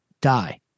die